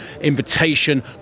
invitation